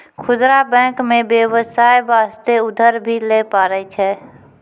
खुदरा बैंक मे बेबसाय बास्ते उधर भी लै पारै छै